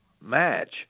match